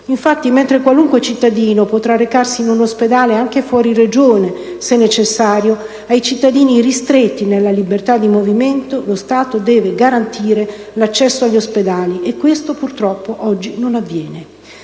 Infatti, mentre qualunque cittadino potrà recarsi in ospedale anche fuori Regione, se necessario, ai cittadini ristretti nella libertà di movimento lo Stato deve garantire l'accesso agli ospedali, e questo purtroppo oggi non avviene.